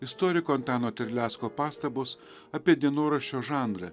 istoriko antano terlecko pastabos apie dienoraščio žanrą